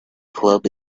club